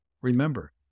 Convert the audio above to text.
remember